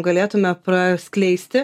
galėtumėme praskleisti